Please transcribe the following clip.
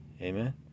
amen